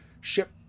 ship